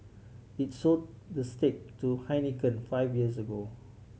it sold the stake to Heineken five years ago